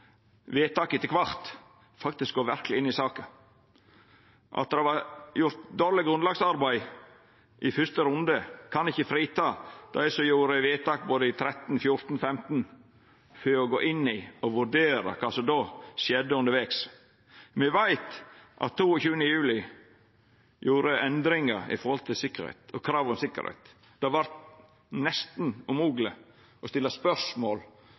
etter kvart, faktisk verkeleg går inn i saka. At det var gjort dårleg grunnlagsarbeid i fyrste runde, kan ikkje frita dei som gjorde vedtak i både 2013, 2014 og 2015, for å gå inn i det og vurdera kva som skjedde undervegs. Me veit at 22. juli førte til endringar med omsyn til kravet om sikkerheit. Det vart nesten umogleg å stilla spørsmål